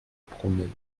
promille